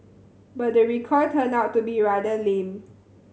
but the recoil turned out to be rather lame